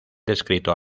descrito